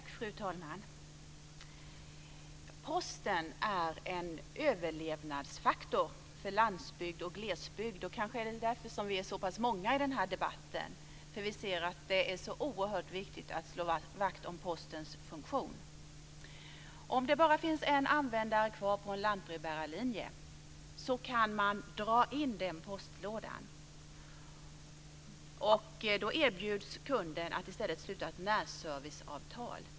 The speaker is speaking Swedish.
Fru talman! Posten är en överlevnadsfaktor för landsbygd och glesbygd. Kanske är det just därför som vi är så pass många som deltar i den här debatten. Vi anser att det är oerhört viktigt att slå vakt om Om det finns bara en användare kvar på en lantbrevbärarlinje kan man dra in den postlådan. Kunden erbjuds då att i stället sluta ett närserviceavtal.